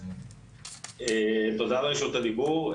תודה על רשות הדיבור.